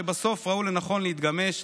שבסוף ראו לנכון להתגמש,